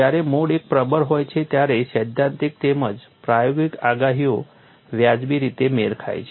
જ્યારે mode I પ્રબળ હોય છે ત્યારે સૈદ્ધાંતિક તેમજ પ્રાયોગિક આગાહીઓ વ્યાજબી રીતે મેળ ખાય છે